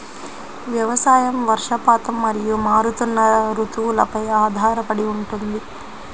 వ్యవసాయం వర్షపాతం మరియు మారుతున్న రుతువులపై ఆధారపడి ఉంటుంది